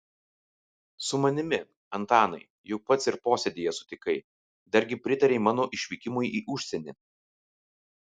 su manimi antanai juk pats ir posėdyje sutikai dargi pritarei mano išvykimui į užsienį